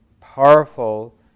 powerful